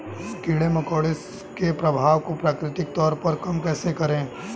कीड़े मकोड़ों के प्रभाव को प्राकृतिक तौर पर कम कैसे करें?